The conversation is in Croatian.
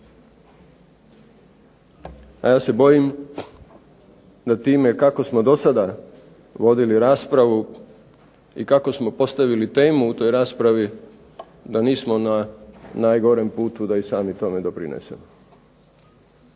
A ja se bojim da time kako smo do sada vodili raspravu i kako smo postavili temu u toj raspravi da nismo na najgorem putu da i sami tome doprinesemo,